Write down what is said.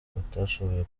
batashoboye